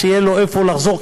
שיהיה לו לאן לחזור,